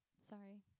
Sorry